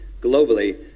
globally